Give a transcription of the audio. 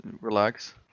Relax